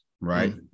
right